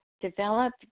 develop